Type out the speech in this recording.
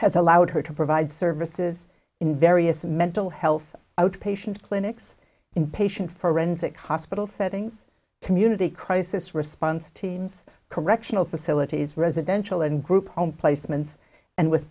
has allowed her to provide services in various mental health outpatient clinics inpatient forensic hospital settings community crisis response teams correctional facilities residential and group home placements and with